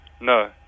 No